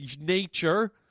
nature